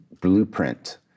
blueprint